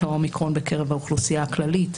האומיקרון בקרב האוכלוסייה הכללית.